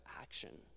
action